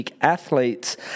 athletes